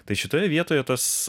tai šitoje vietoje tas